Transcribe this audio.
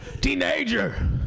Teenager